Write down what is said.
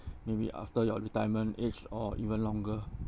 maybe after your retirement age or even longer